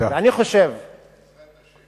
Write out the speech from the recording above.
ברוך השם.